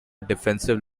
defensive